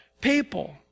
people